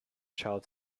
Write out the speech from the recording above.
child